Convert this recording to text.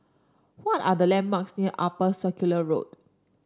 what are the landmarks near Upper Circular Road